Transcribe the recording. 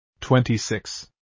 26